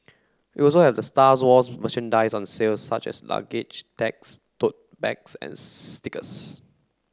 also have Stars Wars merchandise on sale such as luggage tags tote bags and stickers